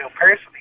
personally